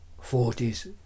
forties